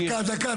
דקה, דקה.